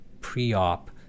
pre-op